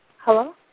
hello